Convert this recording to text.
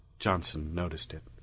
johnson noticed it.